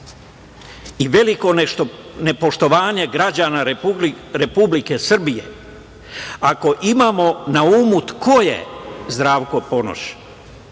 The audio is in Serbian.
i veliko nepoštovanje građana Republike Srbije ako imamo na umu ko je Zdravko Ponoš.